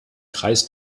kreis